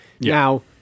Now